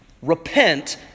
Repent